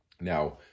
Now